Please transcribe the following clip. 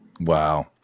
Wow